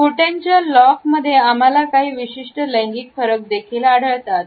घोट्याच्या लॉकमध्ये आम्हाला काही विशिष्ट लैंगिक फरक देखील आढळतात